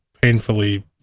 painfully